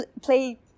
play